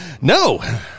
no